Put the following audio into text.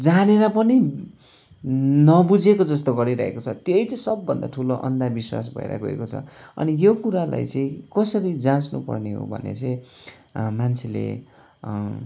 जानेर पनि नबुझेको जस्तो गरिरहेको छ त्यही चाहिँ सबभन्दा ठुलो आन्धविश्वास भएर गएको छ अनि यो कुरालाई चाहिँ कसरी जाँच्नु पर्ने हो भने चाहिँ मान्छेले